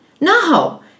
No